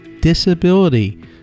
disability